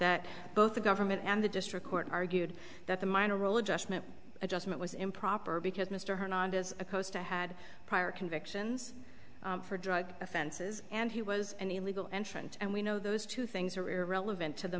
that both the government and the district court argued that the minor role adjustment adjustment was improper because mr hernandez opposed to had prior convictions for drug offenses and he was an illegal entrant and we know those two things are irrelevant to the